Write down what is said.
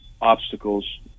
obstacles